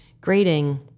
grading